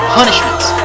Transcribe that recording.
punishments